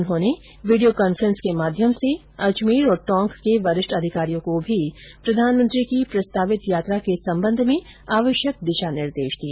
उन्होंने video conference के माध्यम से अजमेर और टोंक के वरिष्ठ अधिकारियों को भी प्रधानमंत्री की प्रस्तावित यात्रा के संबंध में आवश्यक दिशा निर्देश दिए